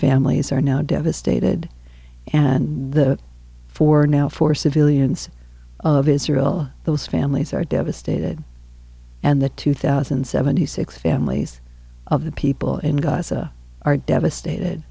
families are now devastated and the four now four civilians of israel those families are devastated and the two thousand and seventy six families of the people in gaza are devastated